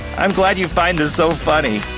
i'm glad you find this so funny.